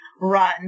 run